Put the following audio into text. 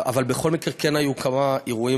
אבל בכל מקרה כן היו כמה אירועים